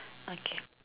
okay